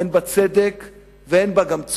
אין בה צדק וגם אין בה צורך,